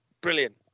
brilliant